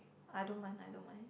I don't mind I don't mind